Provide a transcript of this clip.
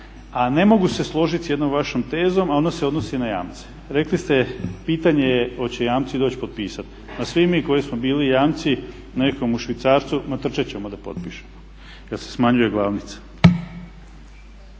a ne mogu se složiti s jednom vašom tezom, a ona se odnosi na jamce. Rekli ste, pitanje je hoće li jamci doći potpisati. Pa svi mi koji smo bili jamci nekom u švicarcu ma trčat ćemo da potpišemo jer se smanjuje glavnica.